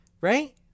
right